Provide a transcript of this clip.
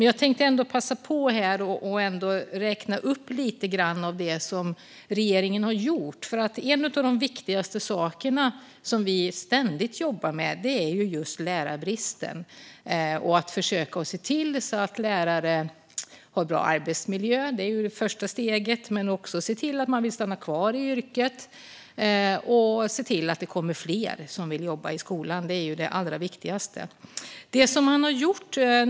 Jag vill passa på att räkna upp lite grann av det som regeringen har gjort. Bland de viktigaste frågorna som vi ständigt jobbar med är lärarbristen och att lärare ska ha en bra arbetsmiljö, som ju är första steget, men också att de vill stanna kvar i yrket och att det blir fler som vill jobba i skolan. Detta är ju det allra viktigaste.